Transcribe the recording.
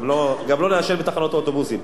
גם לא נעשן בתחנות האוטובוסים.